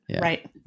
Right